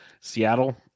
Seattle